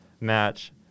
match